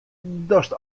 datst